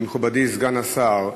מכובדי סגן השר,